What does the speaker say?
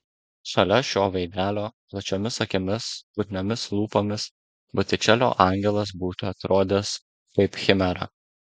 šalia šio veidelio plačiomis akimis putniomis lūpomis botičelio angelas būtų atrodęs kaip chimera